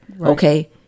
Okay